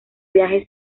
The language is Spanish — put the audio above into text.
viaje